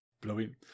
Blowing